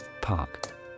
Park